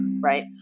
right